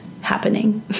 happening